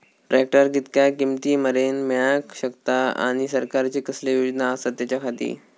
Tractor कितक्या किमती मरेन मेळाक शकता आनी सरकारचे कसले योजना आसत त्याच्याखाती?